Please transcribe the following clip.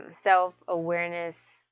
self-awareness